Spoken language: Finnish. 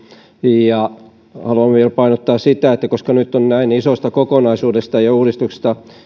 ja haluan vielä painottaa sitä että koska nyt on näin isosta kokonaisuudesta ja uudistuksesta